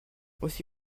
aussi